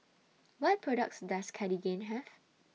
What products Does Cartigain Have